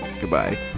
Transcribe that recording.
Goodbye